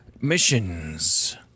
Missions